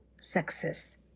success